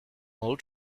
all